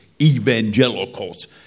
evangelicals